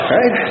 right